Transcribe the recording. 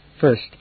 First